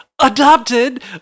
adopted